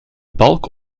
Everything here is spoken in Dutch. balk